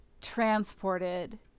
transported